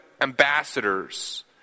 ambassadors